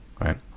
Right